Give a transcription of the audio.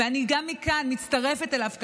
ואני מכאן מצטרפת אליו כמובן,